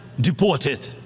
deported